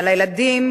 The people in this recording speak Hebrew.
אבל לילדים,